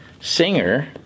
singer